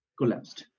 collapsed